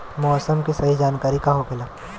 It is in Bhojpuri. मौसम के सही जानकारी का होखेला?